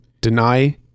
deny